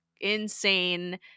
insane